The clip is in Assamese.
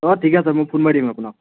অঁ ঠিকে আছে মই ফোন মাৰি দিম আপোনাক